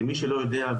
למי שלא יודע,